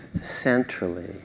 centrally